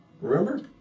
Remember